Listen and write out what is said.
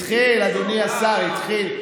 התחיל, אדוני השר, התחיל.